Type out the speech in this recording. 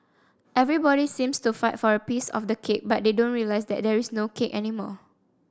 everybody seems to fight for a piece of the cake but they don't realise that there is no cake anymore